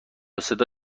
صدا